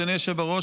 אדוני היושב-בראש,